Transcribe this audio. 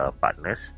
partners